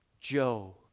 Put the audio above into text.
Joe